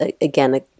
again